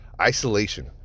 Isolation